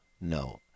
No